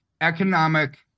economic